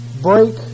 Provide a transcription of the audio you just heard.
break